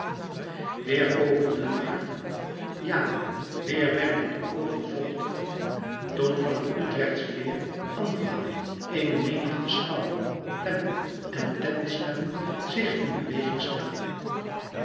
weer popelden de harten ja weer werden de oogen vochtig toen van het utrechtsche veer andermaal eene menigte schouwen plempen en tentsnebben zich in beweging stelde